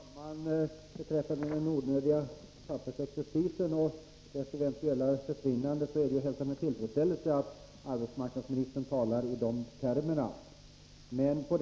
Fru talman! Beträffande den onödiga pappersexercisen och dess eventuella försvinnande är det att hälsa med tillfredsställelse att arbetsmarknadsministern talade i de termer som hon gjorde.